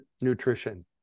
nutrition